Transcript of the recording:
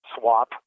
swap